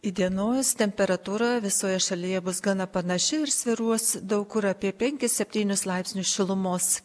įdienojus temperatūra visoje šalyje bus gana panaši ir svyruos daug kur apie penkis septynis laipsnius šilumos